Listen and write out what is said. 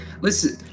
Listen